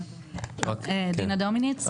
דינה דומיניץ,